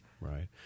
Right